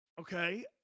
Okay